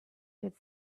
could